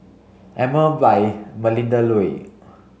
Emel by Melinda Looi